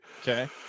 Okay